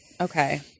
Okay